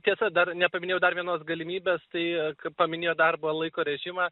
tiesa dar nepaminėjau dar vienos galimybės tai paminėjot darbo laiko režimą